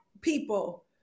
people